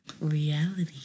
Reality